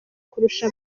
kurusha